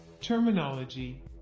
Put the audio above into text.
Terminology